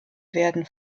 werden